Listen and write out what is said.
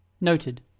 Noted